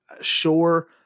sure